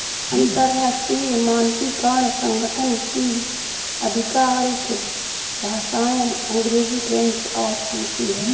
अंतर्राष्ट्रीय मानकीकरण संगठन की आधिकारिक भाषाएं अंग्रेजी फ्रेंच और रुसी हैं